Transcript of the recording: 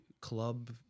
club